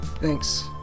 Thanks